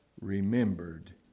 remembered